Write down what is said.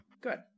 good